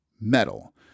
metal